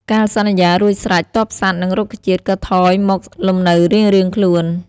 កាលសន្យារួចស្រេច ទ័ពសត្វ និងរុក្ខជាតិក៏ថយមកលំនៅរៀងៗខ្លួន។